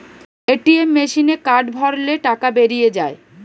ATM মেসিনে card ভরলে টাকা বেরিয়ে যায়